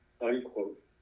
Unquote